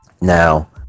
Now